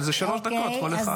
אבל זה שלוש דקות כל אחד.